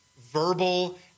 verbal